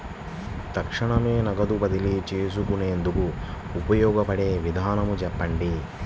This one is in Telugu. తక్షణమే నగదు బదిలీ చేసుకునేందుకు ఉపయోగపడే విధానము చెప్పండి?